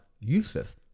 Useless